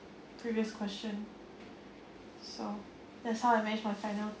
previous question so that's how I manage my